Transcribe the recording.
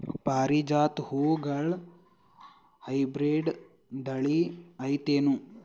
ಪಾರಿಜಾತ ಹೂವುಗಳ ಹೈಬ್ರಿಡ್ ಥಳಿ ಐತೇನು?